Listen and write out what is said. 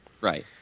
Right